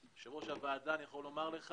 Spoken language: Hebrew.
יושב ראש הוועדה, אני יכול לומר לך